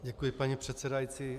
Děkuji, paní předsedající.